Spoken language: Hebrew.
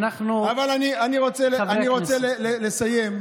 חברי הכנסת, אבל אני רוצה לסיים.